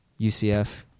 UCF